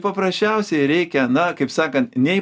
paprasčiausiai reikia na kaip sakant nei